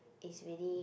it's really